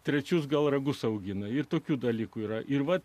trečius gal ragus augina ir tokių dalykų yra ir vat